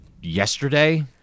yesterday